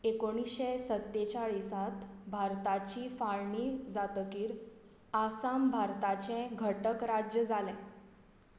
एकुणिशें सत्तेचाळीसांत भारताची फाळणी जातकीर आसाम भारताचें घटक राज्य जालें